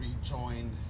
rejoined